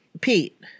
Pete